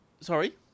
sorry